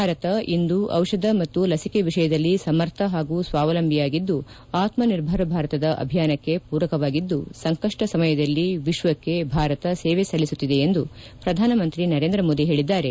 ಭಾರತ ಇಂದು ಔಷಧಗಳು ಮತ್ತು ಲಸಿಕೆ ವಿಷಯದಲ್ಲಿ ಸಮರ್ಥ ಹಾಗೂ ಸ್ವಾವಲಂಬಿ ಆಗಿದ್ದು ಆತ್ಮನಿರ್ಭರ ಭಾರತದ ಅಭಿಯಾನಕ್ಕೆ ಪೂರಕವಾಗಿದ್ದು ಸಂಕಷ್ವ ಸಮಯದಲ್ಲಿ ವಿಶ್ವಕ್ಕೆ ಭಾರತ ಸೇವೆ ಸಲ್ಲಿಸುತ್ತಿದೆ ಎಂದು ಪ್ರಧಾನಮಂತ್ರಿ ನರೇಂದ್ರ ಮೋದಿ ಹೇಳಿದ್ದಾರೆ